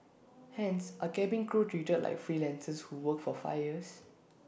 hence are cabin crew treated like freelancers who work for five years